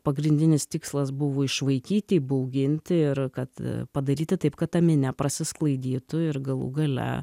pagrindinis tikslas buvo išvaikyti įbauginti ir kad padaryti taip kad ta minia prasisklaidytų ir galų gale